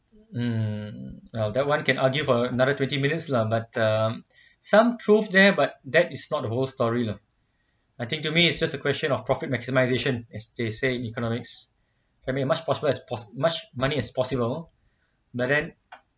mm oh that one can argue for another twenty minutes lah but um some truth there but that is not a whole sorry lah I think to me it's just a question of profit maximisation as they say economics I mean much possible as much money as possible but then